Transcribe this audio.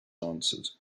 answered